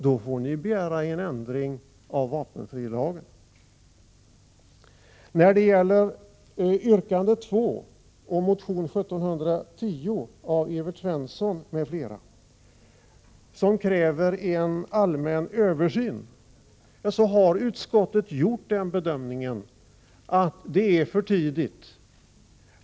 Då får ni begära en ändring av vapenfrilagen. När det gäller yrkande 2 och motion 1710 av Evert Svensson m.fl. som kräver en allmän översyn har utskottet gjort den bedömningen att det är för tidigt.